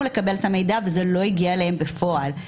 לקבל את המידע וזה לא הגיע אליהם בפועל.